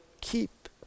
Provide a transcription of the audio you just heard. keep